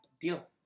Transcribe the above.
Deal